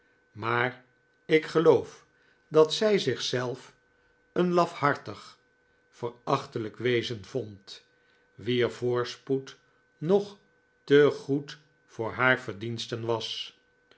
maar ik geloof dat zij zichzelf een lafhartig verachtelijk wezen vond wier voorspoed nog te goed voor haar verdiensten was